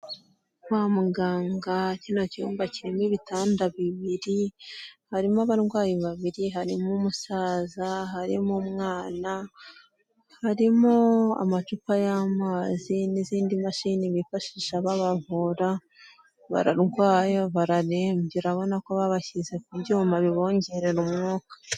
Kwa muganga, kino cyumba kirimo ibitanda bibiri, harimo abarwayi babiri, harimo umusaza, harimo umwana, harimo amacupa y'amazi, n'izindi mashini bifashisha babavura. Bararwaye bararembye, urabona ko babashyize ku byuma bibongerera umwuka.